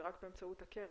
זה רק באמצעות הקרן,